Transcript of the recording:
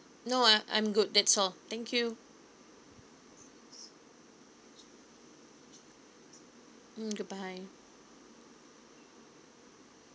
no I I'm good that's all thank you